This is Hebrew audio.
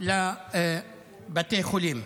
ולבתי החולים.